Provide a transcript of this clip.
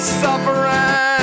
suffering